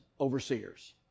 Overseers